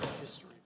History